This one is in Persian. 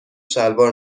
شلوار